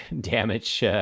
damage